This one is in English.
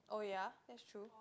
oh yeah that's true